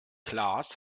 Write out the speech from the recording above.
klaas